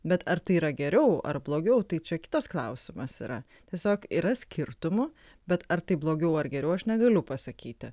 bet ar tai yra geriau ar blogiau tai čia kitas klausimas yra tiesiog yra skirtumų bet ar tai blogiau ar geriau aš negaliu pasakyti